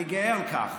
אני גאה על כך.